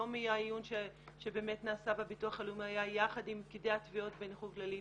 יום עיון שנעשה בביטוח הלאומי היה יחד עם פקידי התביעות בנכות כללית,